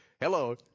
Hello